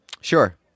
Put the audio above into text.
Sure